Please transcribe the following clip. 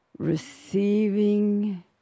Receiving